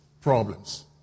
problems